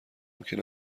ممکن